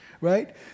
right